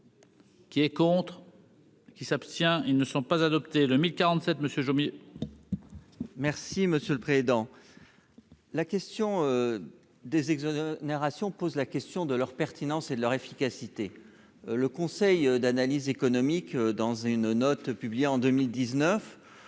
Qui est contre. Qui s'abstient, ils ne sont pas adoptés le 1047 Monsieur Jomier. Merci monsieur le Président, la question des exonérations pose la question de leur pertinence et leur efficacité, le Conseil d'analyse économique, dans une note publiée en 2019